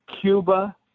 Cuba